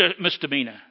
misdemeanor